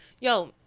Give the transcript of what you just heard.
Yo